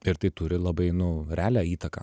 ir tai turi labai nu realią įtaką